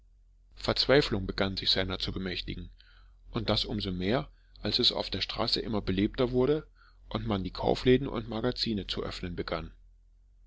verzweiflung begann sich seiner zu bemächtigen und das um so mehr als es auf der straße immer belebter wurde und man die kaufläden und magazine zu öffnen begann